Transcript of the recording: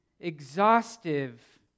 exhaustive